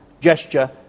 gesture